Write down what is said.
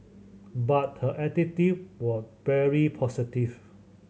but her attitude was very positive